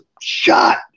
shot